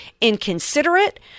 inconsiderate